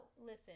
listen